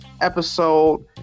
episode